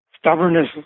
Stubbornness